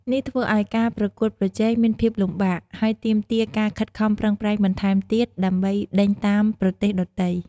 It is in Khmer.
នេះធ្វើឲ្យការប្រកួតប្រជែងមានភាពលំបាក ហើយទាមទារការខិតខំប្រឹងប្រែងបន្ថែមទៀតដើម្បីដេញតាមប្រទេសដទៃ។